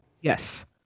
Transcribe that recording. Yes